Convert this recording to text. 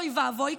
אוי ואבוי,